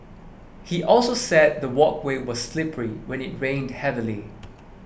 he also said the walkway was slippery when it rained heavily